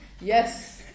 Yes